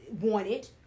wanted